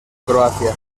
croacia